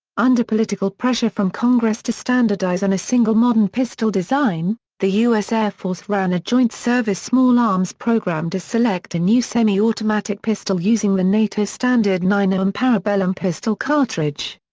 under political pressure from congress to standardize on a single modern pistol design, the u s. air force ran a joint service small arms program to select a new semi-automatic pistol using the nato-standard nine mm um parabellum pistol cartridge.